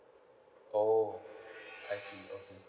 oh I see okay